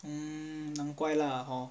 mm 难怪 lah hor